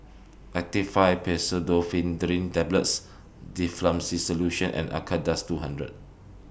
Actifed Pseudoephedrine Tablets Difflam C Solution and Acardust two hundred